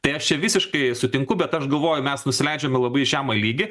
tai aš čia visiškai sutinku bet aš galvoju mes nusileidžiam į labai žemą lygį